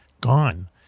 gone